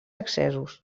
accessos